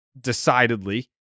decidedly